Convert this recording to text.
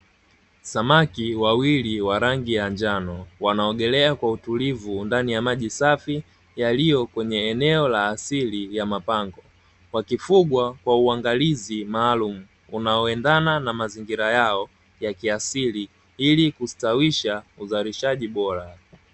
Samaki wawili wa rangi ya njano wanaogolea kwa utulivu ndani ya maji safi, yaliyo kwenye eneo la asili ya mapango. Wakifugwa kwa uangalizi maalumu, unaoendana na mazingira yao ya kiasili ilikustawish,a uzalisha bora.